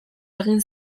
egin